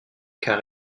car